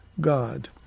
God